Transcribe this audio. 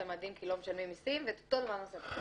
המדים כי לא משלמים מיסים ואת אותו דבר נעשה פה.